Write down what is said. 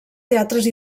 teatres